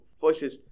voices